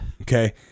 Okay